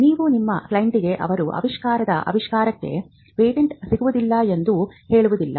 ನೀವು ನಿಮ್ಮ ಕ್ಲೈಂಟ್ಗೆ ಅವರು ಆವಿಷ್ಕರಿಸಿದ ಆವಿಷ್ಕಾರಕ್ಕೆ ಪೇಟೆಂಟ್ ಸಿಗುವುದಿಲ್ಲ ಎಂದು ಹೇಳುವುದಿಲ್ಲ